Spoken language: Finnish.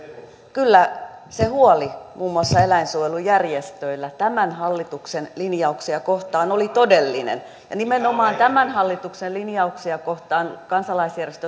kyllä se huoli muun muassa eläinsuojelujärjestöillä tämän hallituksen linjauksia kohtaan oli todellinen ja nimenomaan tämän hallituksen linjauksia kohtaan kansalaisjärjestöt